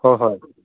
ꯍꯣꯏ ꯍꯣꯏ